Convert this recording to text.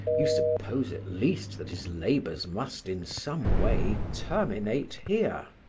you suppose at least that his labours must in some way terminate here.